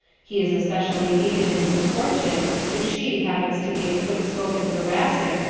he is especially aided in his courtship if she happens to be a quick-spoken thoracic,